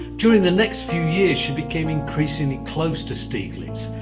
during the next few years she became increasingly close to stieglitz,